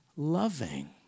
loving